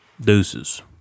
Deuces